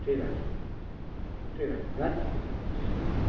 ঠিক আছে ঠিক আছে রাখছি ঠিক আছে